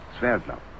Sverdlov